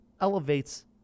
elevates